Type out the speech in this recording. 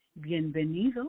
bienvenido